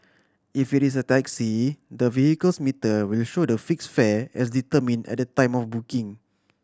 if it is a taxi the vehicle's meter will show the fixed fare as determined at the time of booking